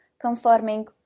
confirming